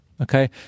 Okay